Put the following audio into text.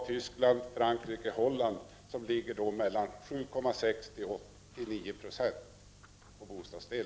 I Tyskland, Frankrike och Holland är räntan på bostadslån 7,6-9 96.